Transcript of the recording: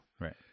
Right